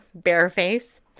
Bareface